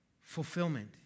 fulfillment